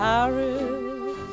Paris